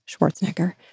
Schwarzenegger